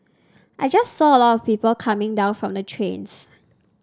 I just saw a lot of people coming down from the trains